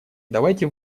давайте